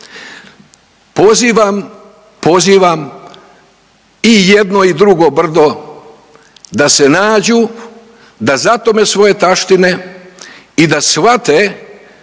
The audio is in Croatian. pozivam i jedno i drugo brdo da se nađu, da zatome svoje taštine i da shvate